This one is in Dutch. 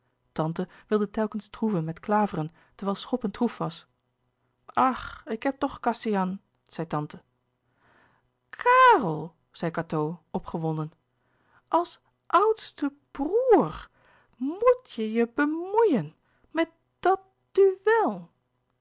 tante wilde telkens troeven met klaveren terwijl schoppen troef was ach ik heb toch kassian zei tante kàrel zei cateau opgewonden als oùdste b r o ê r m o e t je je bemeien met dàt duel